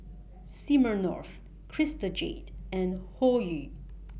Smirnoff Crystal Jade and Hoyu